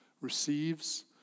receives